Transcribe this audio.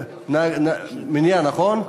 נכון?